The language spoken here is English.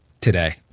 today